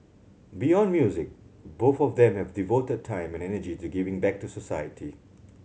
beyond music both of them have devoted time and energy to giving back to society